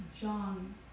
John